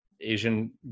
asian